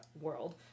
world